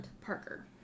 Parker